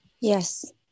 Yes